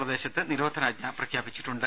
പ്രദേശത്ത് നിരോധനാജ്ഞ പ്രഖ്യാപിച്ചിട്ടുണ്ട്